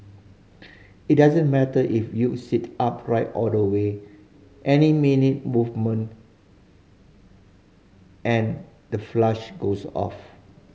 it doesn't matter if you sit upright all the way any minute movement and the flush goes off